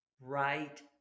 right